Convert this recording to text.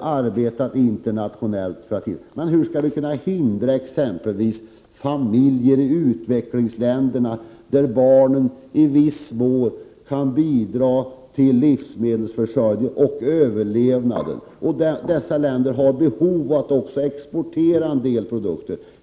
arbetat internationellt mot barnarbete. Men hur skall vi kunna förhindra detta bland familjer i utvecklingsländerna, där barnen i viss mån kan bidra till livsmedelsförsörjningen och överlevnaden och i länder som har behov av att exportera en del produkter?